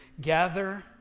Gather